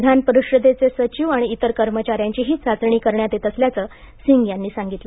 विधानपरिषदेचे सचिव आणि इतर कर्मचाऱ्यांचीही चाचणी करण्यात येत असल्याचं सिंग यांनी सांगितलं